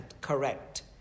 correct